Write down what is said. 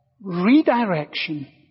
redirection